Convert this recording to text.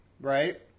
right